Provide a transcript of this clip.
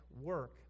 work